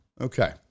Okay